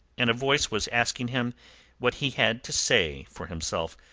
and a voice was asking him what he had to say for himself,